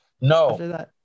No